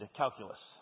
calculus